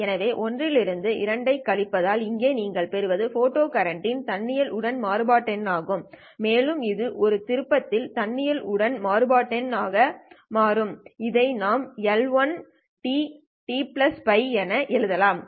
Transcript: எனவே 1 இலிருந்து 2 ஐக் கழித்தால் இங்கே நீங்கள் பெறுவது போட்டோ கரண்ட்யின் தன்னியல் உடன் மாறுபாட்டெண் ஆகும் மேலும் இது ஒரு திருப்பத்தின் தன்னியல் உடன் மாறுபாட்டெண் ஆக மாறும் இதை நாம் LIt t τ என எழுத முடியும்